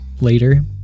later